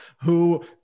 who-